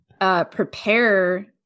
prepare